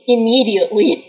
Immediately